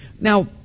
Now